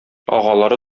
агалары